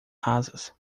rasas